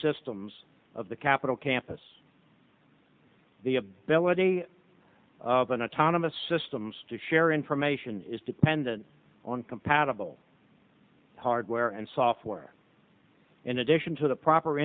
systems of the capitol campus the ability of an autonomous systems to share information is dependent on compatible hardware and software in addition to the proper